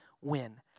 win